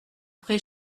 pré